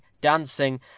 dancing